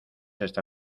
esta